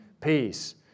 peace